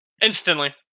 instantly